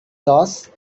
loss